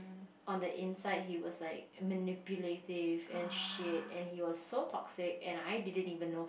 on the inside he was like manipulative and shit and he was so toxic and I didn't even know